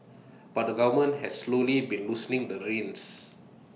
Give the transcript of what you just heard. but the government has slowly been loosening the reins